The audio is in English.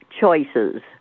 choices